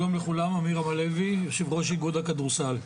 שלום לכולם, עמירם הלוי, יו"ר איגוד הכדורסל.